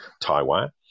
Taiwan